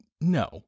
no